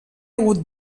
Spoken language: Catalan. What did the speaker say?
hagut